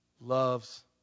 loves